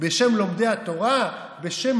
בשם